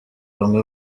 bamwe